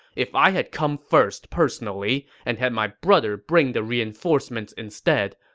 if i had come first personally and had my brother bring the reinforcements instead,